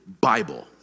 Bible